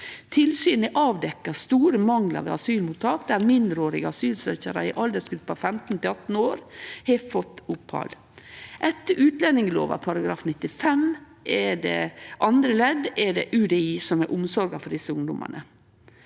Tilsyn har avdekt store manglar ved asylmottak der mindreårige asylsøkjarar i aldersgruppa 15–18 år har fått opphald. Etter utlendingslova § 95 andre ledd er det UDI som har omsorga for desse ungdomane.